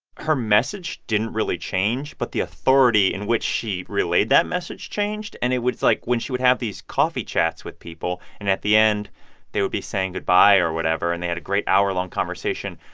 her message didn't really change, but the authority in which she relayed that message changed. and it was, like, when she would have these coffee chats with people, and at the end they would be saying goodbye or whatever and they had a great hour-long conversation,